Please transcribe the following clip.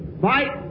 fight